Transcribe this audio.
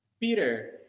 Peter